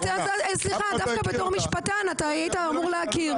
סליחה, דווקא בתור משפטן אתה היית אמור להכיר.